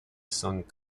sung